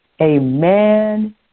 Amen